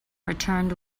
returned